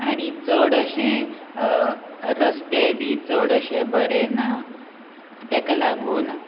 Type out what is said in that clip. आनी चड अशें रस्ते बी चड अशे बरे ना ताका लागून